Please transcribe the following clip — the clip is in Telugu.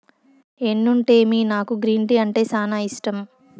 ఎన్నుంటేమి నాకు గ్రీన్ టీ అంటే సానా ఇష్టం